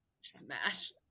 Smash